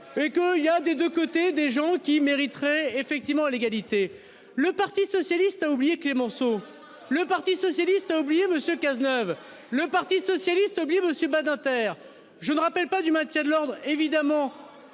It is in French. Et que il y a des 2 côtés des gens qui mériterait effectivement l'égalité le Parti socialiste a oublié Clémenceau le Parti socialiste a oublié monsieur Cazeneuve le Parti socialiste Monsieur Badinter. Je me rappelle pas du maintien de l'ordre évidemment